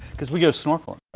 because we go snorkeling